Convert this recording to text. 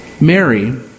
Mary